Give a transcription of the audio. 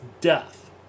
death